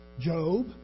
Job